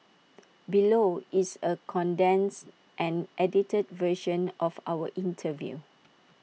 below is A condensed and edited version of our interview